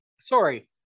sorry